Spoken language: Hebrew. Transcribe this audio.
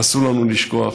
אסור לנו לשכוח,